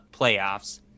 playoffs